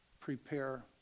prepare